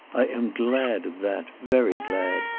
i am glad of that. very glad.